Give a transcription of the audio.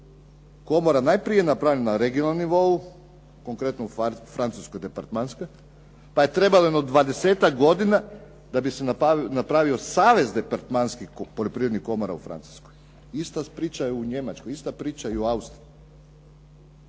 komora najprije napravi na regionalnom nivou, konkretno u francuskoj departmanskoj pa je trebalo jedno dvadesetak godina da bi se napravio Savez departmanskih poljoprivrednih komora u Francuskoj. Ista priča je u Njemačkoj, ista priča je i u Austriji.